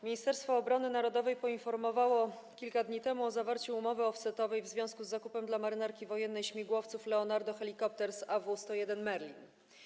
Ministerstwo Obrony Narodowej poinformowało kilka dni temu o zawarciu umowy offsetowej w związku z zakupem dla marynarki wojennej śmigłowców Leonardo Helicopters AW101 Merlin.